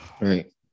Right